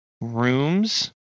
rooms